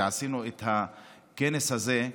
ועשינו את הכנס הזה,